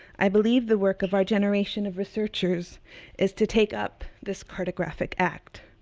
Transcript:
i believe the work of our generation of researchers is to take up this cartographic act.